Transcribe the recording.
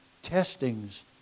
Testings